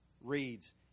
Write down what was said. reads